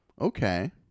Okay